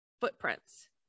footprints